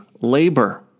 labor